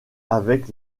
avec